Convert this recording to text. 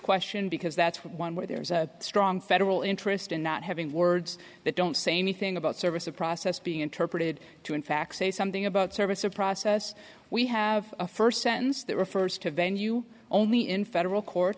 question because that's one where there's a strong federal interest in not having words that don't say me thing about service of process being interpreted to in fact say something about service or process we have a first sentence that refers to venue only in federal court